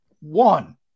One